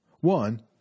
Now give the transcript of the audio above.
One